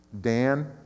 Dan